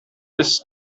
ist